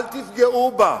אל תפגעו בה,